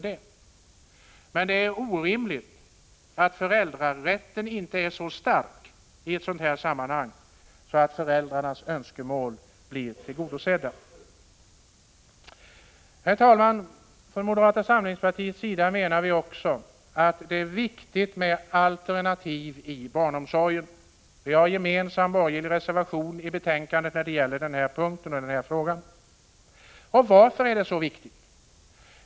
Det är emellertid orimligt att föräldrarätten inte är så stark i ett sådant här sammanhang att föräldrarnas önskemål blir tillgodosedda. Herr talman! Från moderata samlingspartiets sida menar vi också att det är viktigt med alternativ i barnomsorgen. Det har avgivits en gemensam borgerlig reservation på denna punkt. Och varför är det så viktigt?